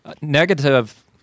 negative